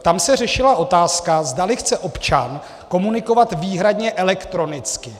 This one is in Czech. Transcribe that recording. Tam se řešila otázka, zdali chce občan komunikovat výhradně elektronicky.